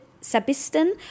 Sabiston